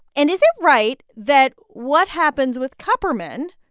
and is right that what happens with kupperman,